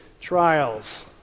trials